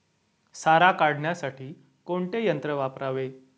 सारा काढण्यासाठी कोणते यंत्र वापरावे?